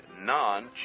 non